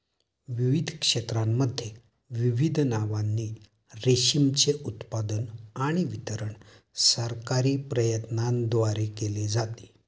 विविध क्षेत्रांमध्ये विविध नावांनी रेशीमचे उत्पादन आणि वितरण सरकारी प्रयत्नांद्वारे केले जाते